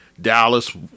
Dallas